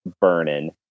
burning